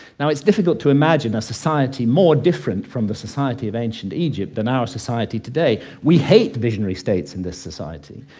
now, it's difficult to imagine a society more different from the society of ancient egypt than our society today. we hate visionary states in this society.